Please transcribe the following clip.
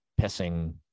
pissing